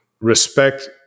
respect